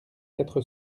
quatre